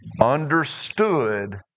understood